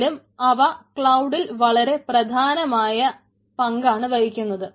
എന്നാലും അവ ക്ലൌഡിൽ വളരെ പ്രധാനമായ പങ്കാണ് വഹിക്കുന്നത്